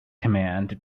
command